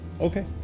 Okay